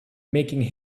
making